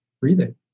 breathing